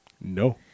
No